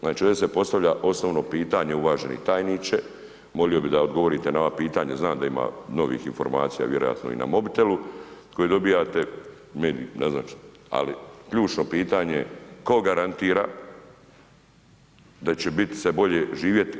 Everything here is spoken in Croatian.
Znači ovdje se postavlja osnovno pitanje uvaženi tajniče, molio bi da odgovorite na ova pitanja, znam da ima novih informacija, vjerojatno i na mobitelu koje dobivate, mediji ne znam, ali ključno pitanje, tko garantira da će bit se bolje živjeti?